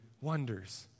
wonders